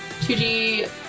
2G